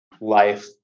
life